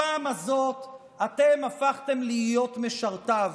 הפעם הזאת אתם הפכתם להיות משרתיו.